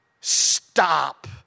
stop